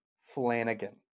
Flanagan